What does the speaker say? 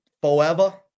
forever